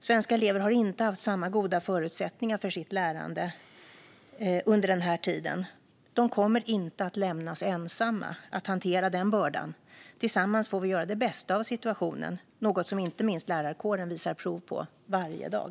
Svenska elever har inte haft samma goda förutsättningar för sitt lärande under den här tiden. De kommer inte att lämnas ensamma att hantera den bördan. Tillsammans får vi göra det bästa av situationen, något som inte minst lärarkåren visar prov på varje dag.